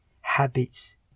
habits